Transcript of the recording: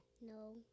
No